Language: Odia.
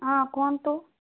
ହଁ କୁହନ୍ତୁ